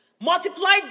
multiplied